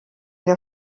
der